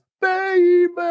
baby